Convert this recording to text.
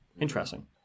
Interesting